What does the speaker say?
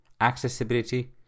accessibility